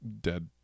dead